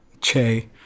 Che